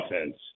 offense